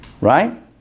Right